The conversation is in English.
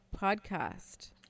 podcast